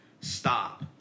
Stop